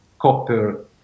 copper